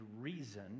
reason